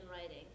writing